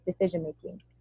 decision-making